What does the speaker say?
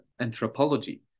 anthropology